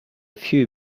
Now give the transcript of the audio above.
few